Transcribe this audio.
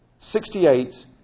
68